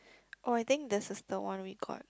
or I think the sister one we got